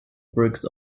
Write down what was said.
bricks